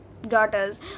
daughters